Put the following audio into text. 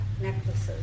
necklaces